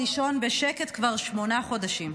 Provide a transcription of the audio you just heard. ערות בשמונת החודשים האחרונים,